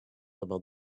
about